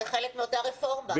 זה חלק מאותה רפורמה.